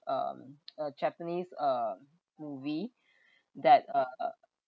um a japanese um movie that uh